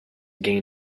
gain